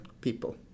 people